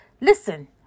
listen